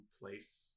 place